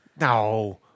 No